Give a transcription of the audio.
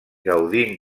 gaudint